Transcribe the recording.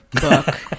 book